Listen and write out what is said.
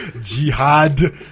jihad